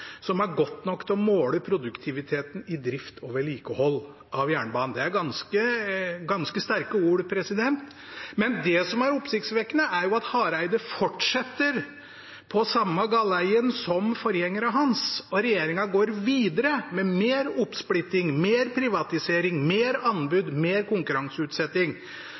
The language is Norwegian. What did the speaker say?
som er godt nok til å måle produktiviteten i drift og vedlikehold av jernbanen. Det er ganske sterke ord. Men det som er oppsiktsvekkende, er at statsråd Hareide fortsetter på samme galeien som sine forgjengere, og at regjeringen går videre – med mer oppsplitting, mer privatisering, mer anbud, mer konkurranseutsetting.